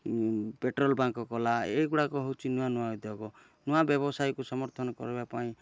petrol pump କଲା ଏଇଗୁଡ଼ା ହେଉଛି ନୂଆ ନୂଆ ଉଦ୍ୟୋଗ ନୂଆ ବ୍ୟବସାୟୀକୁ ସମର୍ଥନ କରିବା ପାଇଁ